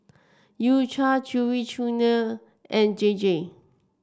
U Cha Chewy Junior and J J